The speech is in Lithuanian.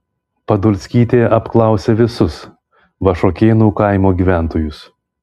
podolskytė apklausė visus vašuokėnų kaimo gyventojus